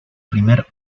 primer